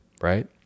right